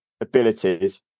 abilities